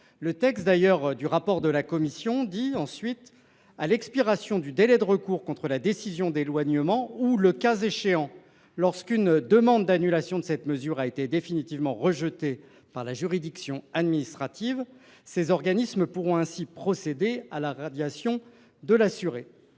Le rapport de la commission indique qu’à l’expiration du délai de recours contre la décision d’éloignement ou, le cas échéant, lorsqu’une demande d’annulation de cette mesure a été définitivement rejetée par la juridiction administrative, ces organismes pourront procéder à la radiation de l’assuré.